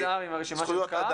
הייתי נזהר עם הרשימה של כך.